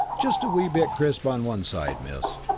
just a wee bit crisp on one side, miss.